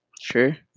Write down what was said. Sure